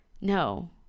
No